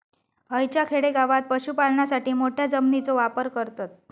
हयच्या खेडेगावात पशुपालनासाठी मोठ्या जमिनीचो वापर करतत